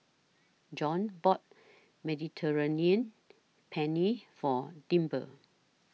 John bought Mediterranean Penne For Dimple